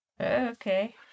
Okay